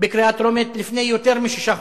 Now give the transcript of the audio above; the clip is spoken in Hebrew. בקריאה טרומית לפי יותר משישה חודשים.